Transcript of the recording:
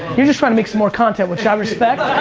you're just trying to make some more content, which i respect.